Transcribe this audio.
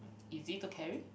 easy to carry